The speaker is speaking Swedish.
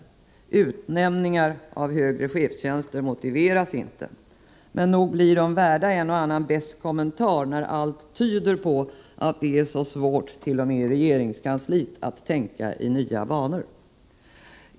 Utnämningar av högre chefer motiveras inte. Men nog blir de värda beska kommentarer när allt tyder på att det är så svårt t.o.m. i regeringskansliet att tänka i nya banor.